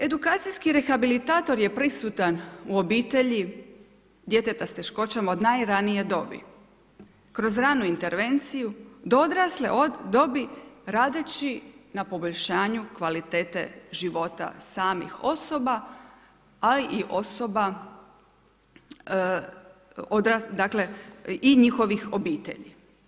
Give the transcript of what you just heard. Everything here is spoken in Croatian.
Edukacijski rehabilitator je prisutan u obitelji djeteta s teškoća od najranije dobi kroz ranu intervenciju do odrasle dobi radeći na poboljšanju kvalitete života samih osoba, ali i osoba, dakle i njihovih obitelji.